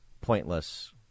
pointless